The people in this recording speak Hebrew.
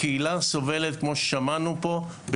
כמו ששמענו פה,